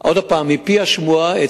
מפי השמועה.